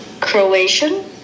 Croatian